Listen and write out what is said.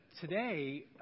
today